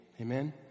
Amen